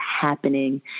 happening